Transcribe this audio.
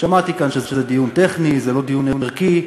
שמעתי כאן שזה דיון טכני, זה לא דיון ערכי.